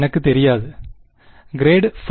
எனக்கு தெரியாது ∇1·n மற்றும் ∇2